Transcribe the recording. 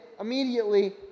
immediately